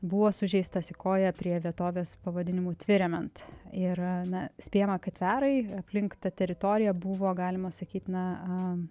buvo sužeistas į koją prie vietovės pavadinimu tvirement ir na spėjama kad tverai aplink tą teritoriją buvo galima sakyt na